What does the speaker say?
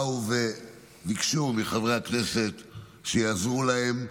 הם באו וביקשו מחברי הכנסת שיעזרו להם